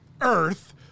Earth